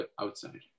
outside